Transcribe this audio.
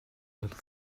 little